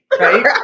Right